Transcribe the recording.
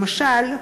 למשל,